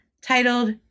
titled